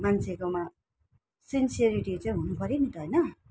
मान्छेकोमा सिन्सेरिटी चाहिँ हुनुपऱ्यो नि त होइन